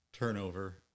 Turnover